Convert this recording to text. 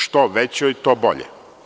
Što većoj, to bolje.